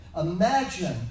Imagine